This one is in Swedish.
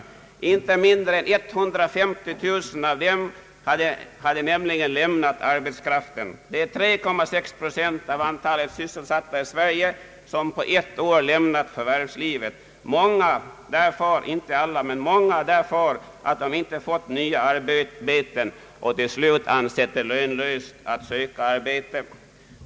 Ett så pass stort antal som 150 000 av dem hade nämligen lämnat arbetsmarknaden. Av antalet sysselsatta i Sverige har under ett år 3,6 procent lämnat förvärvslivet, många — dock inte alla — därför att de inte fått nya arbeten och till slut ansett det lönlöst att söka nytt arbete.